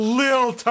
little